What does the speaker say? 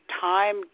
time